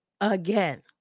again